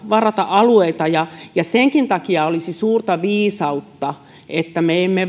varata alueita senkin takia olisi suurta viisautta että me emme